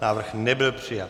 Návrh nebyl přijat.